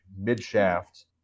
mid-shaft